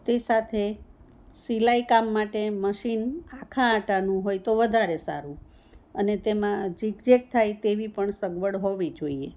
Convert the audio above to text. તે સાથે સિલાઈ કામ માટે મશીન આખા આટાનું હોય તો વધારે સારું અને તેમાં ઝીકઝેક થાય તેવી પણ સગવડ હોવી જોઈએ